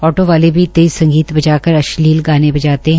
auto वाले भी तेज़ संगीत बजाकर अश्लील गाने बजाते है